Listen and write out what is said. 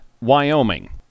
Wyoming